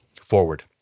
forward